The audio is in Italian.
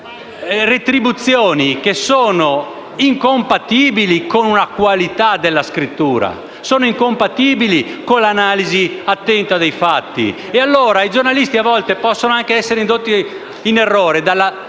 con retribuzioni incompatibili con la qualità della scrittura e l'analisi attenta dei fatti. I giornalisti, a volte, possono anche essere indotti in errore